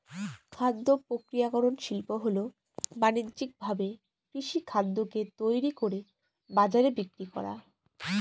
খাদ্য প্রক্রিয়াকরন শিল্প হল বানিজ্যিকভাবে কৃষিখাদ্যকে তৈরি করে বাজারে বিক্রি করা